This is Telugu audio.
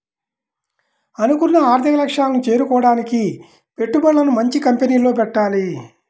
అనుకున్న ఆర్థిక లక్ష్యాలను చేరుకోడానికి పెట్టుబడులను మంచి కంపెనీల్లో పెట్టాలి